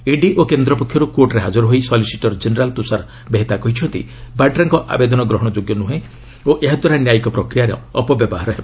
ED ଓ କେନ୍ଦ୍ର ପକ୍ଷରୁ କୋର୍ଟରେ ହାଜର ହୋଇ ସଲିସିଟର୍ ଜେନେରାଲ୍ ତୁଷାର ମେହେତା କହିଛନ୍ତି ବାଡ୍ରାଙ୍କ ଆବେଦନ ଗ୍ରହଣଯୋଗ୍ୟ ନୁହେଁ ଓ ଏହାଦ୍ୱାରା ନ୍ୟାୟିକ ପ୍ରକ୍ରିୟାର ଅପବ୍ୟବହାର ହେବ